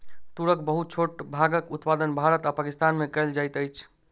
तूरक बहुत छोट भागक उत्पादन भारत आ पाकिस्तान में कएल जाइत अछि